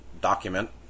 document